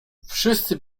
wszyscy